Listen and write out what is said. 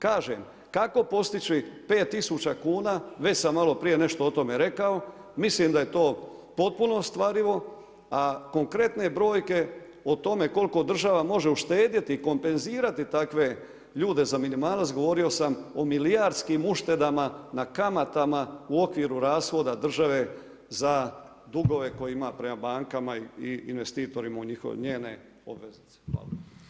Kažem, kako postići 5000 kn, već sam maloprije nešto o tome rekao, mislim da je to potpuno ostvarivo, a konkretne brojke, o tome koliko država može uštedjeti, kompenzirati takve ljude za minimalac govorio sam o milijardskim uštedama na kamatama u okviru rashoda države za dugove koje ima prema bankama i inventarima u njihove … Hvala.